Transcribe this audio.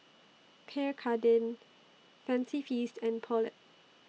Pierre Cardin Fancy Feast and Poulet